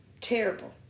Terrible